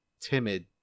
timid